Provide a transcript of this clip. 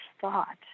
thought